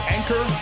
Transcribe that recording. Anchor